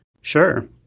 Sure